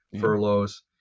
furloughs